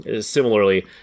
similarly